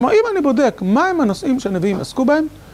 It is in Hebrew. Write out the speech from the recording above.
רואים אני בודק מה הם הנושאים שהנביאים עסקו בהם?